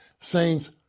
Saints